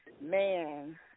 man